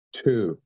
two